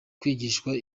kwigishwa